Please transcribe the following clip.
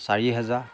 চাৰি হাজাৰ